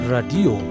Radio